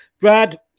Brad